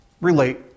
relate